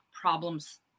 problems